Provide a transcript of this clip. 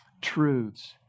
truths